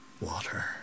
water